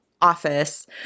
office